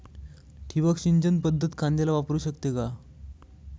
ठिबक सिंचन पद्धत कांद्याला वापरू शकते का?